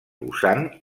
usant